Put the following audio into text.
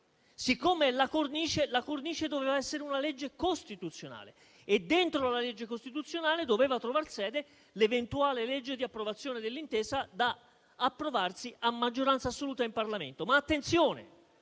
La cornice doveva essere una legge costituzionale e, dentro la legge costituzionale, doveva trovar sede l'eventuale legge di approvazione dell'intesa, da approvarsi a maggioranza assoluta in Parlamento.